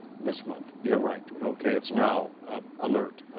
this month, yeah, right, okay, it's now ah alert.